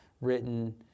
written